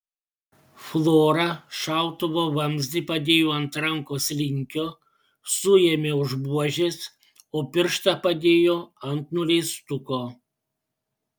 flora šautuvo vamzdį padėjo ant rankos linkio suėmė už buožės o pirštą padėjo ant nuleistuko